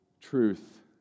truth